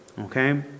Okay